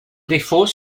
défaut